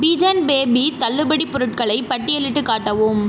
pigeon baby தள்ளுபடிப் பொருட்களை பட்டியலிட்டுக் காட்டவும்